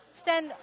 stand